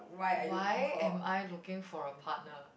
why am I looking for a partner